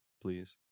Please